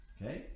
Okay